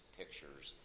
pictures